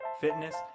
fitness